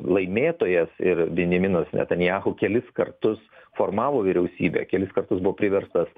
laimėtojas ir benjaminas netanjahu kelis kartus formavo vyriausybę kelis kartus buvo priverstas